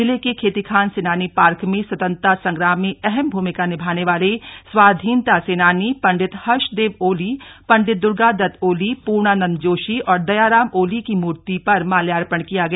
जिले के खेतीखान सेनानी पार्क में स्वतंत्रता संग्राम में अहम भूमिका निभाने वाले स्वाधीनता सेनानी पंडित हर्ष देव ओली पण्डित दुर्गा दत्तओली पूर्णानन्द जोशी और दयाराम ओली की मूर्ति पर माल्यार्पण किया गया